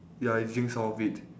ya you drink some of it